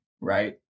right